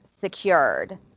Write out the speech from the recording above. secured